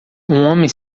homem